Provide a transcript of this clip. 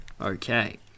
Okay